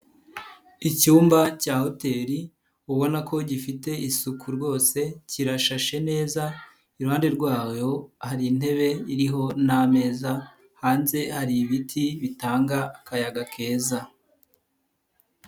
Icyumba cya hoteli ubona ko gifite isuku rwose kirashashe neza, iruhande rwayo hari intebe iriho n'ameza, hanze hari ibiti bitanga akayaga keza.